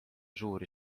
suuri